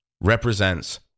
represents